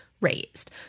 raised